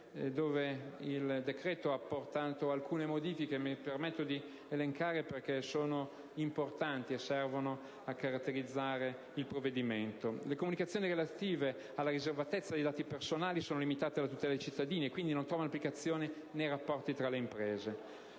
il decreto ha apportato alcune importanti modifiche, che mi permetto di elencare, in quanto servono a caratterizzare il provvedimento: le comunicazioni relative alla riservatezza dei dati personali sono limitate alla tutela dei cittadini e quindi non trovano applicazione nei rapporti tra le imprese;